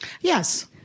yes